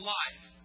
life